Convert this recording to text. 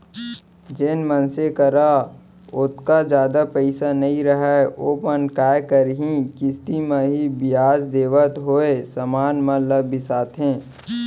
जेन मनसे करा ओतका जादा पइसा नइ रहय ओमन काय करहीं किस्ती म ही बियाज देवत होय समान मन ल बिसाथें